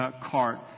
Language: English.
cart